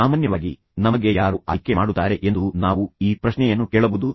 ಸಾಮಾನ್ಯವಾಗಿ ನಮಗೆ ಯಾರು ಆಯ್ಕೆ ಮಾಡುತ್ತಾರೆ ಎಂದು ನಾವು ಈ ಪ್ರಶ್ನೆಯನ್ನು ಕೇಳಬಹುದು